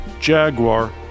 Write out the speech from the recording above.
Jaguar